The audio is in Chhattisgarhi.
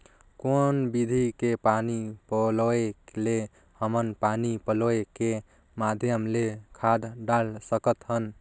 कौन विधि के पानी पलोय ले हमन पानी पलोय के माध्यम ले खाद डाल सकत हन?